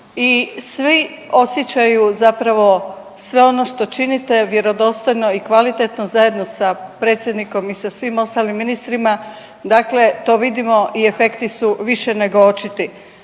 i svi osjećaju zapravo sve ono što činite vjerodostojno i kvalitetno zajedno sa predsjednikom i sa svim ostalim ministrima. Dakle, to vidimo i efekti su više nego očiti.